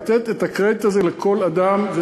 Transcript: לתת את הקרדיט הזה לכל אדם.